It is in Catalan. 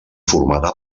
formada